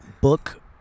Book